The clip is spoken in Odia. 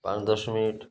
ପାଞ୍ଚ ଦଶ ମିନିଟ୍